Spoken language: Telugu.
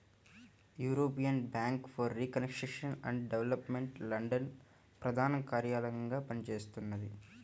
European bank for reconstruction and development London ప్రధాన కార్యాలయంగా పనిచేస్తున్నది